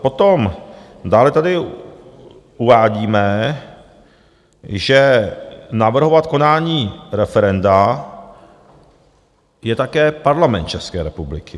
Potom dále tady uvádíme, že navrhovat konání referenda je také Parlament České republiky.